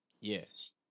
Yes